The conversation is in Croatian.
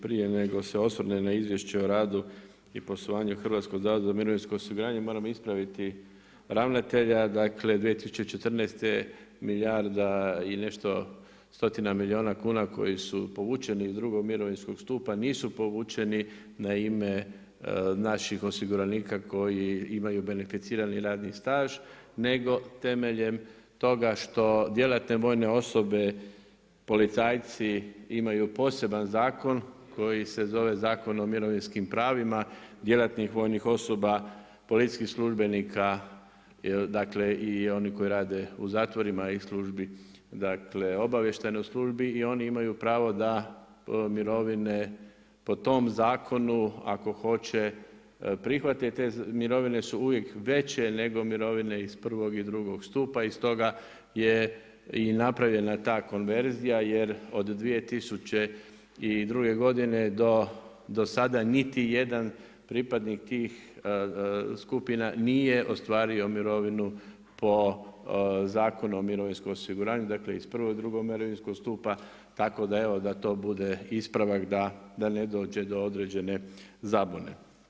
Prije nego se osvrnem na izvješće o radu i poslovanju Hrvatskog zavoda za mirovinskog osiguranje, moram ispraviti ravnatelja, dakle 2014. milijarda i nešto stotina milijuna kuna koji su povučeni iz drugog mirovinskog stupa, nisu povučeni na ime naših osiguranika koji imaju beneficirani radni staž, nego temeljem toga što djelatne vojne osobe, policajci imaju poseban zakon koji se zove Zakon o mirovinskim pravima, djelatnik vojnih osoba, policijskih službenika, dakle i oni koji rade u zatvorima i službi, obavještajnoj službi i oni imaju pravo da mirovine po tom zakonu, ako hoće prihvatit te mirovine su uvijek veće nego mirovine iz prvog i drugog stupa i stoga je i napravljena ta konverzija, jer od 2002. godine do sada niti jedan pripadnik tih skupina nije ostvario mirovinu po Zakonu o mirovinskom osiguranju dakle iz prvog i drugog mirovinskog stupa tako da evo da to bude ispravak da ne dođe do određene zabune.